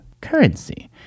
currency